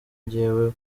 jyewe